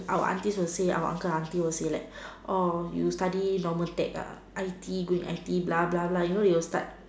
our aunties will say our uncle aunty will say like orh you study normal tech ah I_T going I_T_E blah blah blah you know they'll start